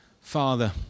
father